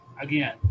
again